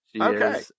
Okay